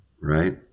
right